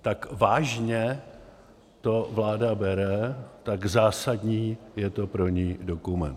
Tak vážně to vláda bere, tak zásadní je to pro ni dokument.